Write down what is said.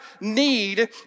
need